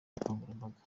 ubukangurambaga